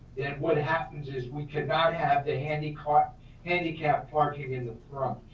then what happens is we cannot have the handicap handicap parking in the front.